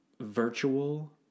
virtual